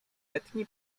letni